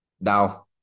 now